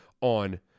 on